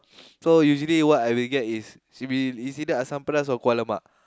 so usually what I will get is she will is either asam pedas or kuah lemak